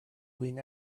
clean